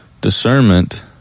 discernment